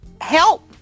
help